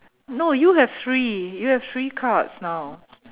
no you have three you have three cards now